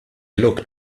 looked